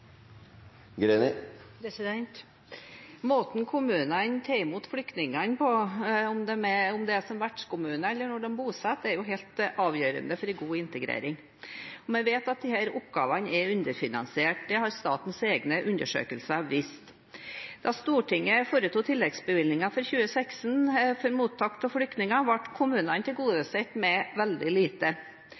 Greni – til oppfølgingsspørsmål. Måten kommunene tar imot flyktningene på, om det er som vertskommune eller som bosetter, er helt avgjørende for en god integrering. Vi vet at disse oppgavene er underfinansiert. Det har statens egne undersøkelser vist. Da Stortinget foretok tilleggsbevilgningen for 2016 for mottak av flyktninger, ble kommunene tilgodesett med veldig lite.